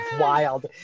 wild